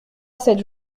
cette